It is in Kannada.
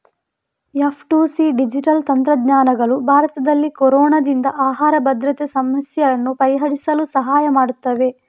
ಎಫ್.ಟು.ಸಿ ಡಿಜಿಟಲ್ ತಂತ್ರಜ್ಞಾನಗಳು ಭಾರತದಲ್ಲಿ ಕೊರೊನಾದಿಂದ ಆಹಾರ ಭದ್ರತೆ ಸಮಸ್ಯೆಯನ್ನು ಪರಿಹರಿಸಲು ಸಹಾಯ ಮಾಡುತ್ತವೆ